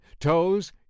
Toes